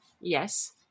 Yes